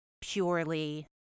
purely